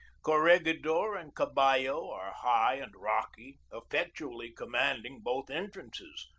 corregidor and caballo are high and rocky, effectually commanding both entrances,